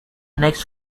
next